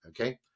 Okay